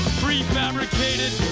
prefabricated